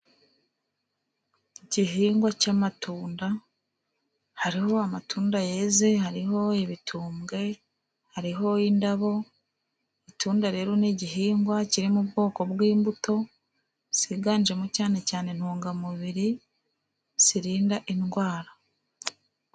Igihingwa cy'amatunda hariho amatunda yeze, hariho ibitumbwe, hariho indabo. Itunda rero ni igihingwa kiri mu bwoko bw'imbuto ziganjemo cyane cyane intungamubiri zirinda indwara.